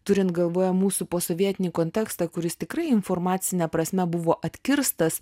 turint galvoje mūsų posovietinį kontekstą kuris tikrai informacine prasme buvo atkirstas